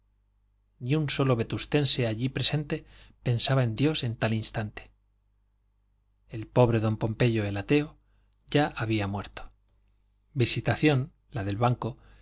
ni un solo vetustense allí presente pensaba en dios en tal instante el pobre don pompeyo el ateo ya había muerto visitación la del banco en